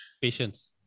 patience